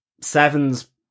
Seven's